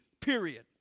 Period